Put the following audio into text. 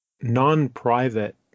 non-private